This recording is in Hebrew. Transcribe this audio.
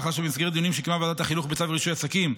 לאחר שבמסגרת דיונים שקיימה ועדת החינוך בצו רישוי עסקים,